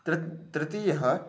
तृत् तृतीयः